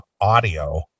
audio